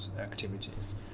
activities